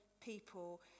people